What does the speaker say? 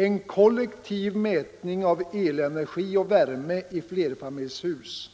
En kollektiv mätning av elenergi och värme i flerfamiljshus